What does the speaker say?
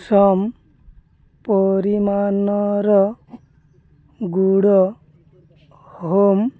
ସମ ପରିମାଣର ଗୁଡ଼ ହୋମ୍